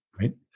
right